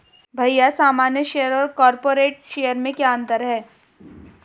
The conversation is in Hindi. भैया सामान्य शेयर और कॉरपोरेट्स शेयर में क्या अंतर है?